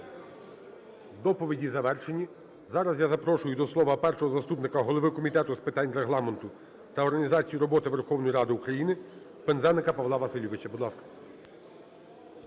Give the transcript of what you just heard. Доповіді завершені. Зараз я запрошую до слова першого заступника голови Комітету з питань Регламенту та організації роботи Верховної Ради України Пинзеника Павла Васильовича.